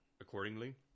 accordingly